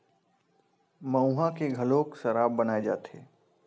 मउहा के घलोक सराब बनाए जाथे